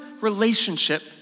relationship